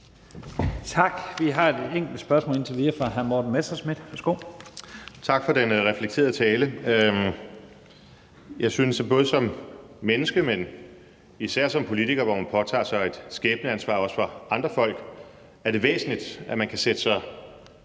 Tak. Vi har et enkelt spørgsmål indtil videre fra hr. Morten Messerschmidt. Værsgo. Kl. 11:07 Morten Messerschmidt (DF): Tak for den reflekterede tale. Jeg synes, at det både som menneske, men især som politiker, hvor man påtager sig et skæbneansvar også for andre folk, er væsentligt, at man kan sætte sig